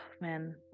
man